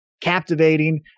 captivating